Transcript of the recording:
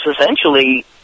essentially